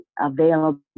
available